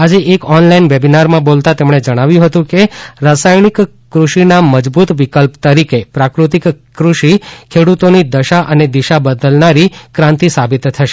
આજે એક ઓનલાઇન વેબીનારમાં બોલતાં તેમણે જણાવ્યુ હતુ કે રાસાયણિક કૃષિના મજબૂત વિકલ્પ તરીકે પ્રાકૃતિક કૃષિ ખેડૂતોની દશા અને દિશા બદલનારી ક્રાંતિ સાબિત થશે